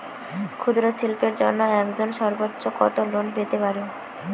ক্ষুদ্রশিল্পের জন্য একজন সর্বোচ্চ কত লোন পেতে পারে?